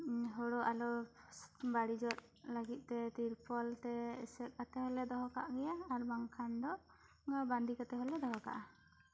ᱦᱳᱲᱳ ᱟᱞᱚ ᱵᱟᱹᱲᱤᱡᱚᱜ ᱞᱟᱹᱜᱤᱫ ᱛᱮ ᱛᱤᱨᱯᱟᱹᱞ ᱛᱮ ᱮᱥᱮᱫ ᱠᱟᱛᱮ ᱞᱮ ᱫᱚᱦᱚ ᱠᱟᱜ ᱜᱮᱭᱟ ᱟᱨ ᱵᱟᱝᱠᱷᱟᱱ ᱫᱚ ᱵᱟᱺᱫᱤ ᱠᱟᱛᱮᱜ ᱦᱚᱸ ᱞᱮ ᱫᱚᱦᱚ ᱠᱟᱜᱼᱟ